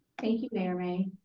thank you mayor mei.